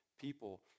people